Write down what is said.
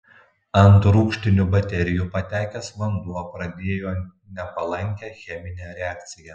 ant rūgštinių baterijų patekęs vanduo pradėjo nepalankę cheminę reakciją